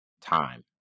time